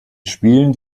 spielen